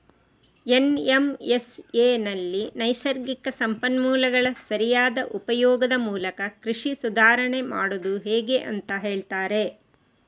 ಎನ್.ಎಂ.ಎಸ್.ಎನಲ್ಲಿ ನೈಸರ್ಗಿಕ ಸಂಪನ್ಮೂಲಗಳ ಸರಿಯಾದ ಉಪಯೋಗದ ಮೂಲಕ ಕೃಷಿ ಸುಧಾರಾಣೆ ಮಾಡುದು ಹೇಗೆ ಅಂತ ಹೇಳ್ತಾರೆ